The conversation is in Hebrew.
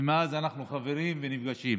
ומאז אנחנו חברים ונפגשים.